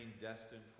destined